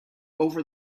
over